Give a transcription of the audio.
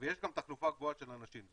ויש גם תחלופה גבוהה של אנשים,